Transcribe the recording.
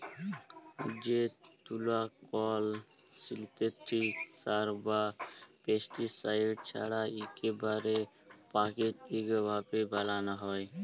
যে তুলা কল সিল্থেটিক সার বা পেস্টিসাইড ছাড়া ইকবারে পাকিতিক ভাবে বালাল হ্যয়